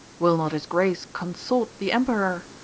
will not his grace consort the emperor?